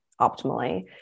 optimally